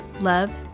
Love